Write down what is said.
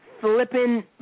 flipping